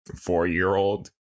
four-year-old